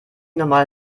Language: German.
nochmal